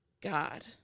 god